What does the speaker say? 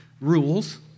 rules